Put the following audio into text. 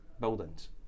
buildings